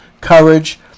courage